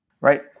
Right